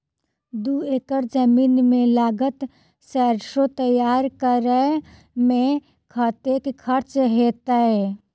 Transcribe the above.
दू एकड़ जमीन मे लागल सैरसो तैयार करै मे कतेक खर्च हेतै?